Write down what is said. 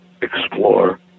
explore